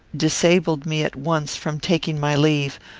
disabled me at once from taking my leave,